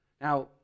Now